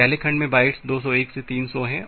तो पहले खंड में बाइट्स 201 से 300 हैं